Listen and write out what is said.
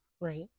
Right